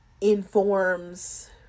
informs